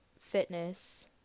fitness